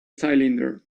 cylinder